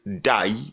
die